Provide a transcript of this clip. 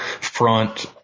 front